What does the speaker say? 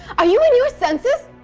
are you in your senses!